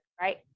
right